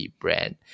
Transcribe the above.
brand